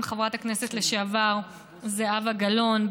יחד עם חברת הכנסת לשעבר זהבה גלאון,